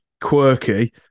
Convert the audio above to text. quirky